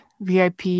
VIP